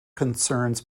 concerns